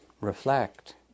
reflect